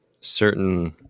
certain